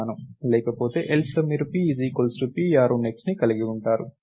లేకపోతే else లో మీరు P p యారో నెక్స్ట్ ని కలిగి ఉంటారు